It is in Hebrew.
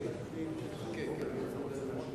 אתה מפריע לי.